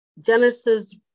Genesis